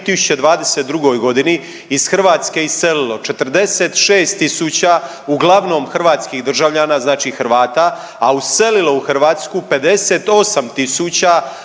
2022. g. iz Hrvatske iselilo 46 tisuća uglavnom hrvatskih državljana, znači Hrvata, a uselilo u Hrvatsku 58 tisuća